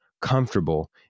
comfortable